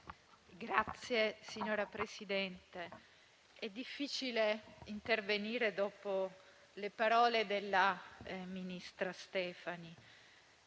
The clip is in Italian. Signor Presidente, è difficile intervenire dopo le parole della ministra Stefani.